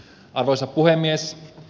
arvoisa puhemies